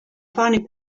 funny